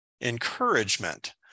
encouragement